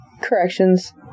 Corrections